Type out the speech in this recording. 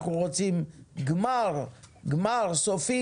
אנחנו רוצים גמר סופי,